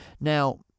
Now